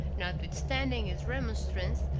notwithstanding his remonstrance,